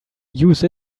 use